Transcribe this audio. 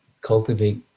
cultivate